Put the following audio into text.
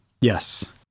yes